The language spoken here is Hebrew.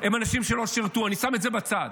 הם אנשים שלא שירתו, אני שם את זה בצד.